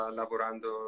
lavorando